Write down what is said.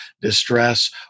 distress